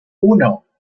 uno